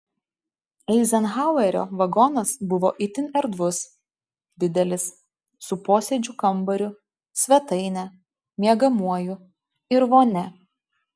eizenhauerio vagonas buvo itin erdvus didelis su posėdžių kambariu svetaine miegamuoju ir vonia